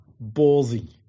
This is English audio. ballsy